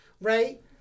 right